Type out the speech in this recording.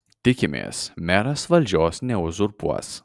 tikimės meras valdžios neuzurpuos